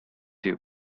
you